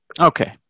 Okay